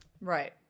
Right